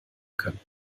könnten